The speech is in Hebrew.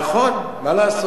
נכון, מה לעשות?